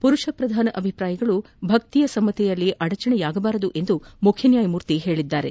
ಪುರುಷ ಪ್ರಧಾನ ಅಭಿಪ್ರಾಯಗಳು ಭಕ್ತಿಯ ಸಮ್ನತಿಯಲ್ಲಿ ಅಡಚಣೆಯಾಗಬಾರದು ಎಂದು ಮುಖ್ನನ್ನಾಯಮೂರ್ತಿ ಹೇಳಿದ್ದಾರೆ